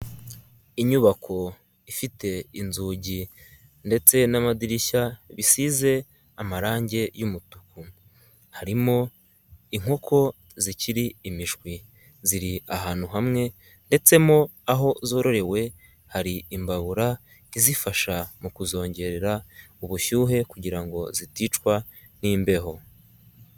Inyubako ifite inzugi ndetse n'amadirishya bisize amarange y'umutuku, harimo inkoko zikiri imishwi, ziri ahantu hamwe ndetse mo aho zororewe hari imbabura izifasha mu kuzongerera ubushyuhe kugira ngo ziticwa n'imbeho.